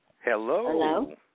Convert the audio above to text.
Hello